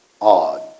odd